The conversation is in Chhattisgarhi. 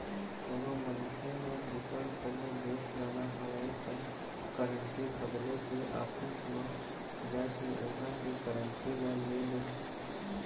कोनो मनखे ल दुसर कोनो देश जाना हवय त करेंसी बदले के ऑफिस म जाके उहाँ के करेंसी ल ले लेथे